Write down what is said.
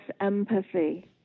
empathy